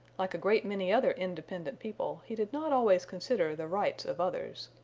like a great many other independent people, he did not always consider the rights of others.